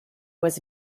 was